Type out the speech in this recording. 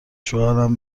شوهرم